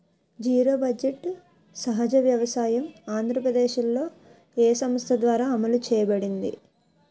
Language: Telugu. జీరో బడ్జెట్ సహజ వ్యవసాయం ఆంధ్రప్రదేశ్లో, ఏ సంస్థ ద్వారా అమలు చేయబడింది?